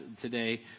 today